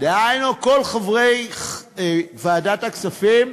דהיינו כל חברי ועדת הכספים,